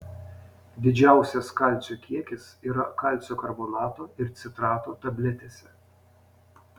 didžiausias kalcio kiekis yra kalcio karbonato ir citrato tabletėse